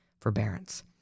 forbearance